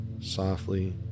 Softly